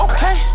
Okay